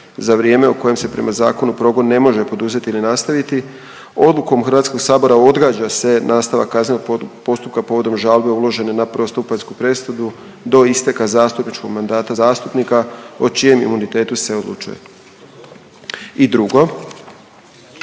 za vrijeme u kojem se prema zakonu progon ne može poduzeti ili nastaviti, odlukom HS-a odgađa se nastavak kaznenog postupka povodom žalbe uložene na prvostupanjsku presudu do isteka zastupničkog mandata zastupnika o čijem imunitetu se odlučuje. I drugo,